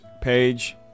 page